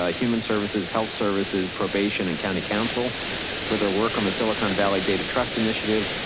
ah human services, health services, probation and county council for their work on the silicon valley data trust initiative,